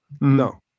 No